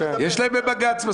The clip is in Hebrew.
יש להם מספיק בבג"ץ.